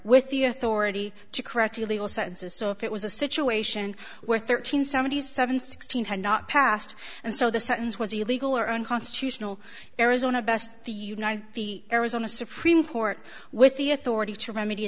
with the authority to correct the legal senses so if it was a situation where thirteen seventy seven sixteen had not passed and so the sentence was illegal or unconstitutional arizona best the unite the arizona supreme court with the authority to remedy